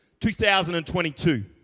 2022